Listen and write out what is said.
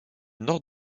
nord